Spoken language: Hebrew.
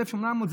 1,800 שקל,